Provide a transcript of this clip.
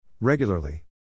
Regularly